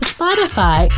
Spotify